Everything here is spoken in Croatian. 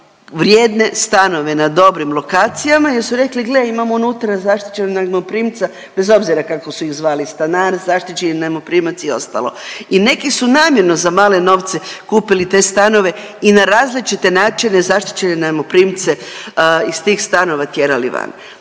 vrijedne stanove na dobrim lokacijama jer su rekli gle imam unutra zaštićenog najmoprimca, bez obzira kako su ih zvali stanar, zaštićeni najmoprimac i ostalo, i neki su namjerno za male novce kupili te stanove i na različite načine zaštićene najmoprimce iz tih stanova tjerali van.